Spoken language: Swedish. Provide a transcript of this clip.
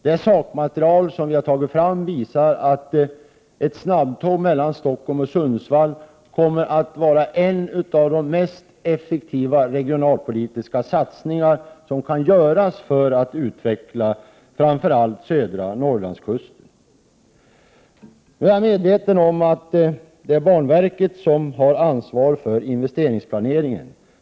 Det sakmaterial som vi har tagit fram visar att ett snabbtåg mellan Stockholm och Sundsvall kommer att vara en av de mest effektiva regionalpolitiska satsningar som kan göras för att utveckla framför allt södra Norrlandskusten. Jag är medveten om att det är banverket som har ansvar för investeringsplaneringen.